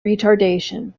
retardation